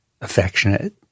affectionate